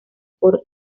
por